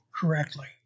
correctly